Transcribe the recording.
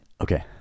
Okay